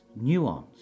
nuance